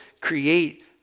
create